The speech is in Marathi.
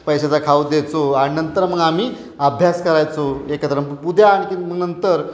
पैशाचा खाऊ द्यायचो आणि नंतर मग आम्ही अभ्यास करायचो एकत्र उद्या आणखीन मग नंतर